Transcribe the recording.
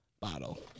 bottle